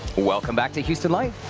welcome back to houston life.